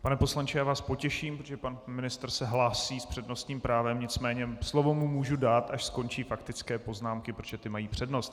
Pane poslanče, já vás potěším, protože pan ministr se hlásí s přednostním právem, nicméně slovo mu můžu dát, až skončí faktické poznámky, protože ty mají přednost.